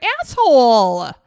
asshole